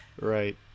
Right